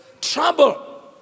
trouble